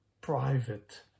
private